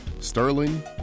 Sterling